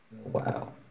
Wow